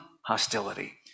hostility